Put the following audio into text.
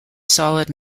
solid